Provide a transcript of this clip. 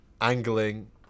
angling